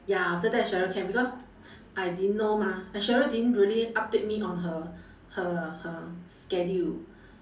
ya after that sheryl can because I didn't know mah and sheryl didn't really update me on her her her schedule